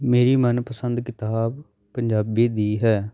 ਮੇਰੀ ਮਨਪਸੰਦ ਕਿਤਾਬ ਪੰਜਾਬੀ ਦੀ ਹੈ